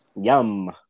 Yum